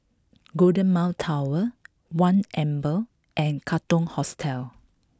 Golden Mile Tower One Amber and Katong Hostel